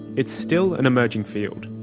it's still an emerging field.